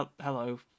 hello